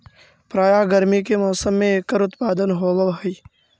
प्रायः गर्मी के मौसम में एकर उत्पादन होवअ हई